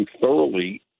thoroughly